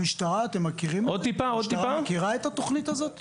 המשטרה מכירה את התוכנית הזאת?